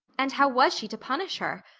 and how was she to punish her?